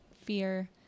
fear